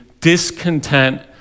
discontent